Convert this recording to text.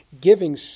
giving